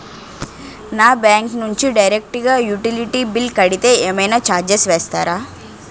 నా బ్యాంక్ నుంచి డైరెక్ట్ గా యుటిలిటీ బిల్ కడితే ఏమైనా చార్జెస్ వేస్తారా?